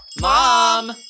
Mom